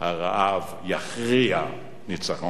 הרעב יכריע ניצחון כזה.